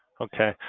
okay.